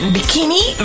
Bikini